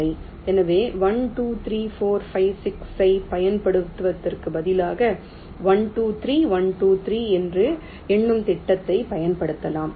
எனவே 1 2 3 4 5 6 ஐப் பயன்படுத்துவதற்குப் பதிலாக 1 2 3 1 2 3 என்ற எண்ணும் திட்டத்தைப் பயன்படுத்தலாம்